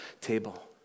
table